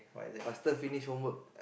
faster finish homework